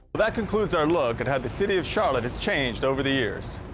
that concludes our look at how the city of charlotte has changed over the years.